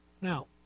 Now